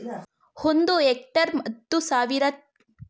ಒಂದು ಹೆಕ್ಟೇರ್ ಹತ್ತು ಸಾವಿರ ಚದರ ಮೀಟರ್ ಗೆ ಸಮಾನವಾಗಿರುತ್ತದೆ